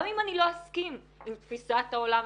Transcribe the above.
גם אם אני לא אסכים עם תפיסת העולם,